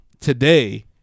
Today